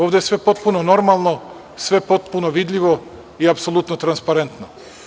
Ovde je sve potpuno normalno, sve potpuno vidljivo i apsolutno transparentno.